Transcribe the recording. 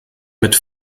mit